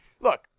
look